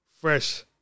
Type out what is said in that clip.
fresh